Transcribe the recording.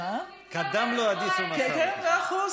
כן, כן, מאה אחוז.